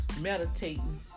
meditating